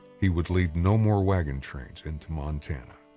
he would lead no more wagon trains into montana.